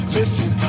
Listen